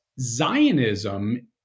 Zionism